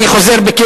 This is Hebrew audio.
אני העליתי,